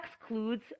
excludes